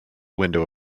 window